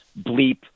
Bleep